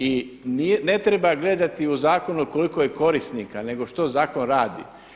I ne treba gledati u zakonu koliko je korisnika nego što zakon radi.